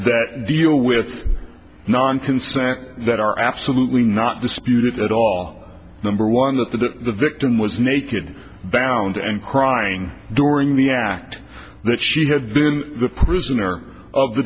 that deal with non consent that are absolutely not disputed at all number one that the victim was naked balland and crying during the act that she had been the prisoner of the